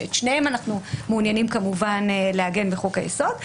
שאת שניהם אנחנו מעוניינים כמובן לעגן בחוק היסוד.